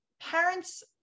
Parents